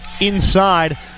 inside